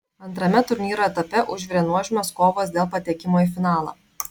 antrame turnyro etape užvirė nuožmios kovos dėl patekimo į finalą